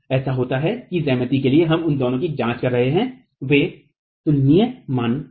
ऐसा होता है कि ज्यामिति के लिए हम उन दोनों की जांच कर रहे हैं वे तुलनीय मान हैं